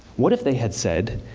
what if they had said,